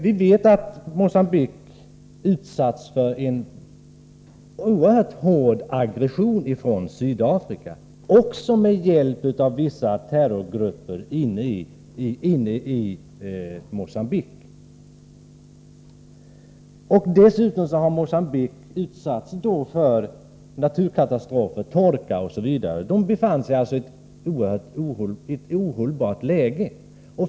Vi vet att Mogambique har utsatts för en oerhört hård aggression från Sydafrika — också med hjälp av vissa terrorgrupper inne i Mogambique. Dessutom har Mogambique drabbats av naturkatastrofer, torka osv. Landet befann sig alltså i ett ohållbart läge.